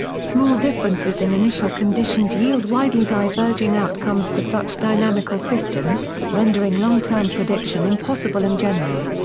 small differences in initial conditions yield widely diverging outcomes for such dynamical systems, rendering long-term prediction impossible in general.